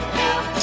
help